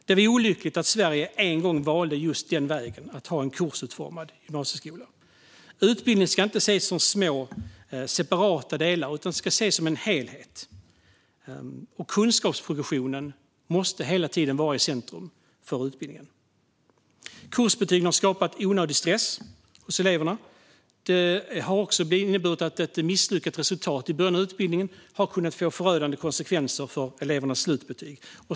Det var olyckligt att Sverige en gång valde att ha en kursutformad gymnasieskola. Utbildning ska inte ses som små, separata delar utan som en helhet, och kunskapsprogressionen måste hela tiden stå i centrum för utbildningen. Kursbetygen har skapat onödig stress hos eleverna, då de har inneburit att ett misslyckat resultat i början av utbildningen kan få förödande konsekvenser för den enskilda elevens slutbetyg.